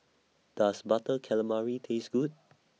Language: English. Does Butter Calamari Taste Good